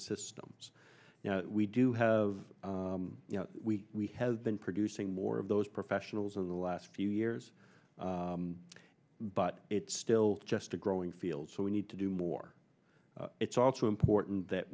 systems you know we do have you know we we have been producing more of those professionals in the last few years but it's still just a growing field so we need to do more it's also important that